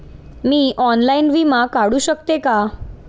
मी online विमा काढू शकते का?